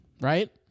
Right